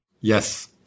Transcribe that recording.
Yes